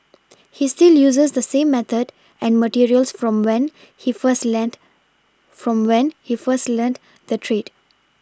he still uses the same method and materials from when he first lent from when he first learnt the trade